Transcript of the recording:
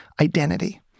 identity